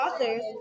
authors